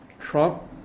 Trump